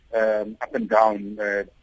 up-and-down